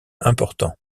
importants